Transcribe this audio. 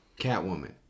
Catwoman